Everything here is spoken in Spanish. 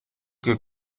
que